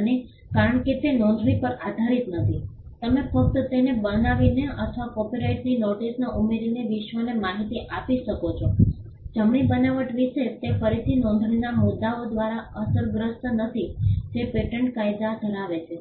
અને કારણ કે તે નોંધણી પર આધારિત નથી તમે ફક્ત તેને બનાવીને અથવા કોપિરાઇટની નોટીસને ઉમેરીને વિશ્વને માહિતી આપી શકો છો જમણી બનાવટ વિશે તે ફરીથી નોંધણીના મુદ્દાઓ દ્વારા અસરગ્રસ્ત નથી જે પેટન્ટ કાયદા ધરાવે છે